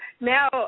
now